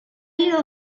your